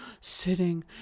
sitting